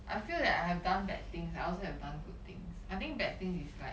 I feel that I have done bad things I also have done good things I think bad thing is like